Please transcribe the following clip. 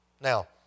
Now